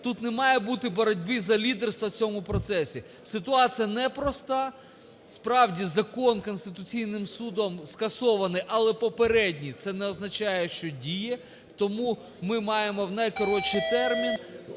тут не має бути боротьби за лідерство в цьому процесі. Ситуація непроста. Справді, закон Конституційним Судом скасований, але попередній, це не означає, що діє, тому ми маємо в найкоротший термін